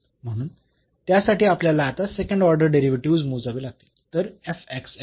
म्हणून त्यासाठी आपल्याला आता सेकंड ऑर्डर डेरिव्हेटिव्हस् मोजावे लागतील